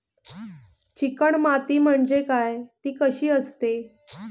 Chicken माती म्हणजे काय? ति कशी असते?